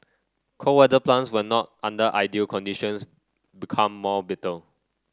cold weather plants when not under ideal conditions become more bitter